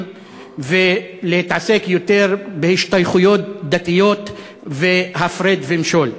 ולהתעסק יותר בהשתייכויות דתיות והפרד ומשול: